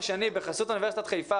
ותואר שני בחסות אוניברסיטת חיפה,